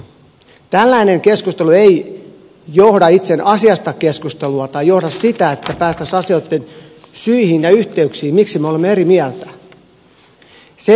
tällainen keskustelu ei edistä itse asiasta keskustelua tai johda siihen että päästäisiin asioitten syihin ja yhteyksiin ja siihen miksi me olemme eri mieltä